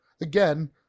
Again